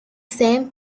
same